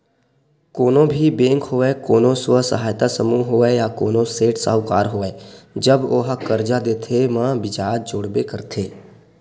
कोनो भी बेंक होवय कोनो स्व सहायता समूह होवय या कोनो सेठ साहूकार होवय जब ओहा करजा देथे म बियाज जोड़बे करथे